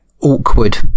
awkward